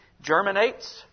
germinates